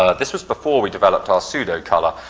ah this was before we developed our pseudo color.